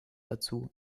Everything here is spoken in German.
dazu